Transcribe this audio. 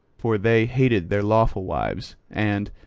for they hated their lawful wives, and,